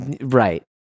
right